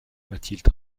mathilde